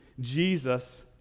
Jesus